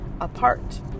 apart